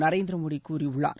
நரேந்திரமோடிகூறியுள்ளார்